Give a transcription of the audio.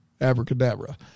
abracadabra